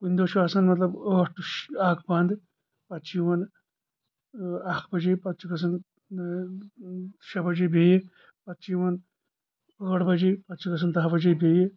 کُنہِ دۄہ چُھ آسان مطلَب ٲٹھ ٹُوٚ شیٚے اَکھ بنٛد پتہٕ چُھ یِوَان اَکھ بَجے پتہٕ چُھ گژَھان شیٚے بَجے بیٚیہِ پتہٕ چُھ یِوان ٲٹھ بَجے پتہٕ چُھ گَژَھان دَہ بِجے بیٚیہِ